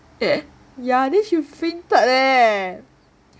ya then she fainted eh